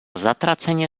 zatraceně